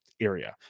area